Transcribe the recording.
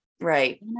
right